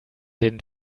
den